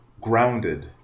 grounded